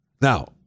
Now